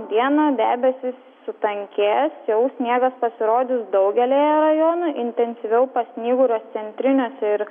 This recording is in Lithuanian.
dieną debesys sutankės jau sniegas pasirodys daugelyje rajonų intensyviau pasnyguriuos centriniuose ir